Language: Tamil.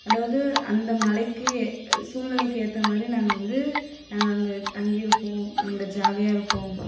அதாவது அந்த மலைக்கு சூழ்நிலைக்கு ஏற்ற மாதிரி நாங்கள் வந்து நாங்கள் அங்கே தங்கியிருப்போம் அங்கே ஜாலியாக இருப்போம்